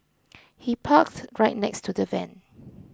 he parked right next to the van